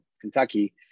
Kentucky